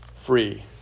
free